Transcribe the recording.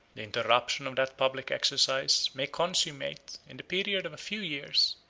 the interruption of that public exercise may consummate, in the period of a few years,